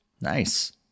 Nice